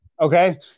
okay